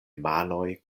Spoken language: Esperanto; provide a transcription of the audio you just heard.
manoj